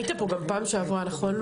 היית פה גם פעם שעברה, נכון?